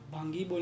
Bangi